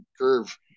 curve